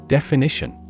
Definition